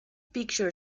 picture